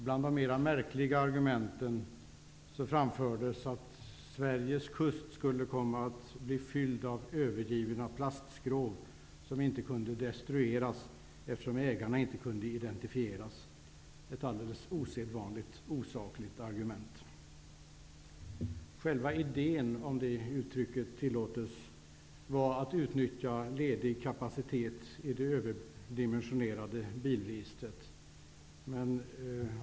Bland de märkligare argumenten återfanns argumentet att Sveriges kust skulle komma att bli fylld av övergivna plastskrov som inte kunde destrueras, eftersom ägarna inte kunde identifieras -- ett alldeles osedvanligt osakligt argument. Själva idén -- om uttrycket tillåtes -- var att man skulle utnyttja ledig kapacitet i det överdimensionerade bilregistret.